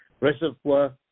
reservoir